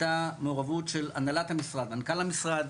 הייתה מעורבות של הנהלת המשרד, מנכ"ל המשרד